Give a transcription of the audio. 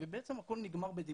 ובעצם הכול נגמר בדיבורים,